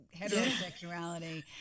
heterosexuality